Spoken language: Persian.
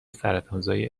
سرطانزای